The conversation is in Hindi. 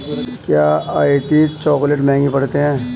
क्या आयातित चॉकलेट महंगे पड़ते हैं?